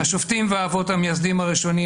השופטים והאבות המייסדים הראשונים,